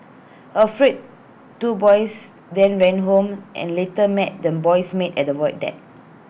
afraid two boys then ran home and later met the boy's maid at the void deck